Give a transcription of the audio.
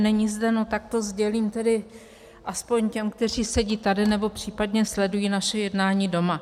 Není zde, tak to sdělím tedy aspoň těm, kteří sedí tady nebo případně sledují naše jednání doma.